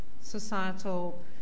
societal